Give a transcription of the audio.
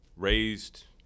raised